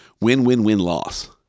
win-win-win-loss